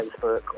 Facebook